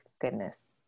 goodness